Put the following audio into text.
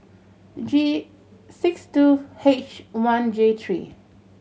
G six two H one J three